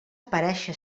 aparèixer